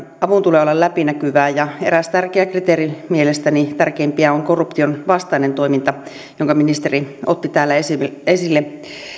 avun tulee olla läpinäkyvää ja eräs tärkeä kriteeri mielestäni tärkeimpiä on korruption vastainen toiminta jonka ministeri otti täällä esille esille